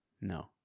No